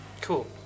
Cool